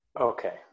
Okay